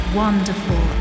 wonderful